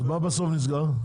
אז מה בסוף נסגר?